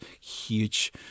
huge